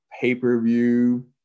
pay-per-view